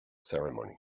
ceremony